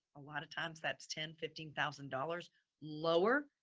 a lot of times that's ten fifteen thousand dollars lower.